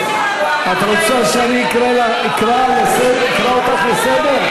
את רוצה שאני אקרא אותך לסדר?